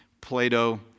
Plato